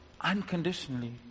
unconditionally